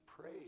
pray